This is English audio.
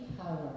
power